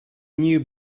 new